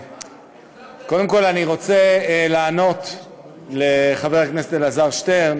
קודם כול, אני רוצה לענות לחבר הכנסת אלעזר שטרן